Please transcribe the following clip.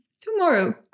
tomorrow